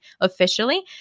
officially